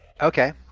Okay